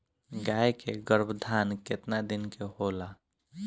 गाय के गरभाधान केतना दिन के होला?